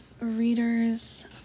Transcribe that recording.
readers